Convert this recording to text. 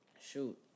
Shoot